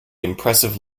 impressive